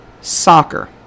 soccer